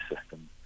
system